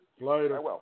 later